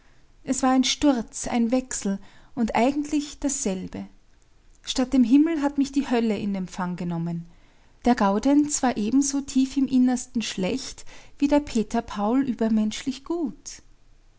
es war ein sturz ein wechsel und eigentlich dasselbe statt dem himmel hat mich die hölle in empfang genommen der gaudenz war ebenso tief im innersten schlecht wie der peter paul übermenschlich gut